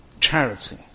charity